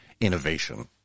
innovation